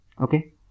Okay